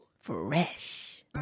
Fresh